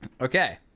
Okay